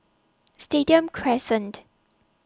Stadium Crescent